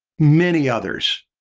many others,